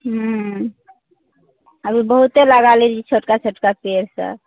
हूँ अभी बहुते लगा लेली छोटका छोटका पेड़ सभ